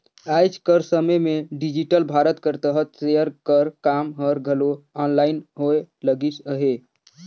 आएज कर समे में डिजिटल भारत कर तहत सेयर कर काम हर घलो आनलाईन होए लगिस अहे